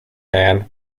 hand